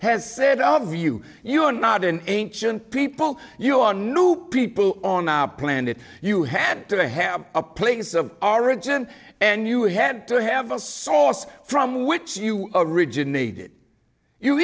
has said of you you are not an ancient people you are no people on our planet you had to have a place of origin and you had to have a source from which you originated you